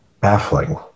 Baffling